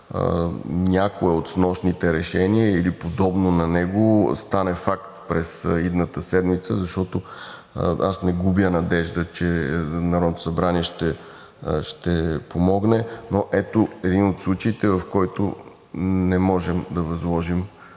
някое от снощните решения или подобно на него стане факт през идната седмица, защото аз не губя надежда, че Народното събрание ще помогне, но ето един от случаите, в който не можем да възложим,